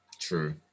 True